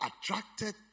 attracted